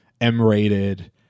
M-rated